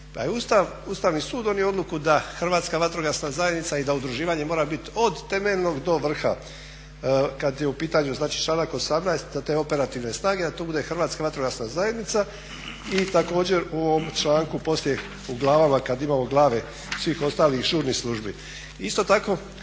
Ustavni sud donio odluku da Hrvatska vatrogasna zajednica i da udruživanje mora bit od temeljnog do vrha. Kad je u pitanju znači članak 18. za te operativne snage da to bude Hrvatska vatrogasna zajednica i također u ovom članku poslije u glavama kad imamo glave svih ostalih žurnih službi.